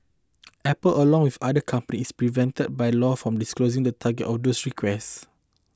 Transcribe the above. Apple along with other companies prevented by law from disclosing the targets of those requests